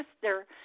sister